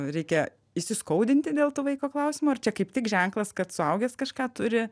reikia įsiskaudinti dėl tų vaiko klausimų ar čia kaip tik ženklas kad suaugęs kažką turi